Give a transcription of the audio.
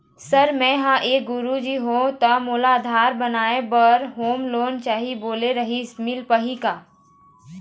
Sir मे एक गुरुजी हंव ता मोला आधार बनाए बर होम लोन चाही बोले रीहिस मील पाही का?